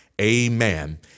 Amen